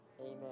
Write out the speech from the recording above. Amen